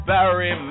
Barry